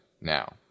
now